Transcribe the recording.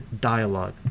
dialogue